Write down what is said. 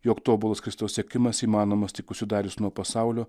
jog tobulas kristaus sekimas įmanomas tik užsidarius nuo pasaulio